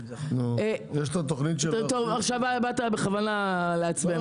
יש את התכנית --- עכשיו באת בכוונה לעצבן,